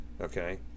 Okay